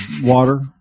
water